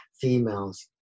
females